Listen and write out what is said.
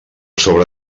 sobre